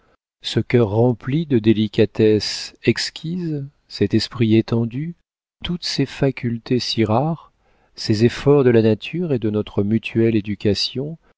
ce cœur rempli de délicatesses exquises cet esprit étendu toutes ces facultés si rares ces efforts de la nature et de notre mutuelle éducation